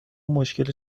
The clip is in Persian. مشکل